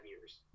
years